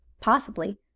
possibly